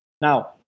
Now